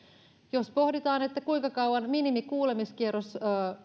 jos pohditaan kuinka kauan minimikuulemiskierros